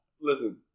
Listen